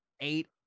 Eight